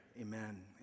Amen